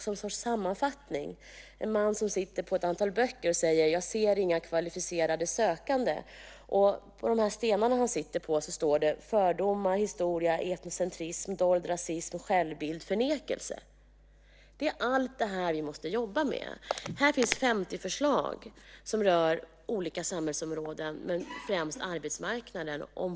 Där finns också en bild av en man som sitter på ett antal böcker eller stenar och säger: Jag ser inga kvalificerade sökande. På stenarna står orden fördomar, historia, etnocentrism, dold rasism och självbildsförnekelse. Allt detta måste vi jobba med. Boken ger 50 förslag på vad vi kan göra inom olika samhällsområden, främst arbetsmarknaden.